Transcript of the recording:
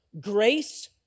Grace